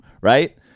right